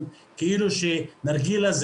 נכון שיש חוק והכול טוב